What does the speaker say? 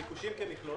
ביקושים כמכלול